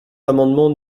l’amendement